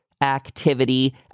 activity